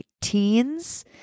teens